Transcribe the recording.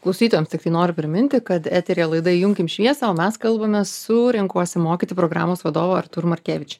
klausytojams tiktai noriu priminti kad eteryje laida įjunkim šviesą o mes kalbamės su renkuosi mokyti programos vadovu artūr markevič